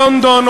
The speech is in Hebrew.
או בלונדון,